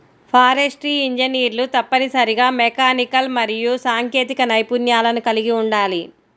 forestry ఇంజనీర్లు తప్పనిసరిగా mechanical మరియు సాంకేతిక నైపుణ్యాలను కలిగి ఉండాలి